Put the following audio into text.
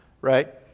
right